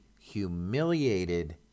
humiliated